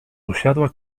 usiadła